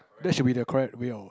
that should be the correct way of